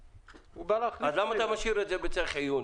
למה אתה משאיר את זה בצריך עיון?